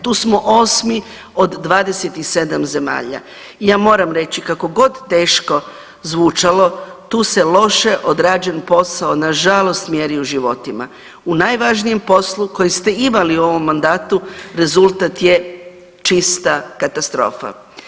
Tu smo 8 od 27 zemalja i ja moram reći, kako god teško zvučalo, tu se loše odrađen posao nažalost mjeri u životima, u najvažnijem poslu koji ste imali u ovom mandatu, rezultat je čista katastrofa.